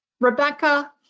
Rebecca